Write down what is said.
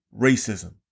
racism